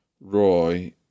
Roy